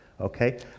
okay